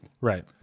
Right